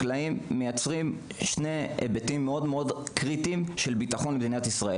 מייצרים שני היבטים מאוד קריטיים של ביטחון במדינת ישראל,